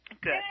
Good